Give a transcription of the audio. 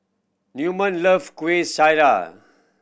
Newman love Kueh Syara